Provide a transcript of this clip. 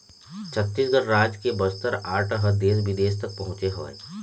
छत्तीसगढ़ राज के बस्तर आर्ट ह देश बिदेश तक पहुँचे हवय